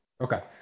Okay